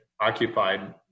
occupied